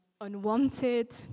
unwanted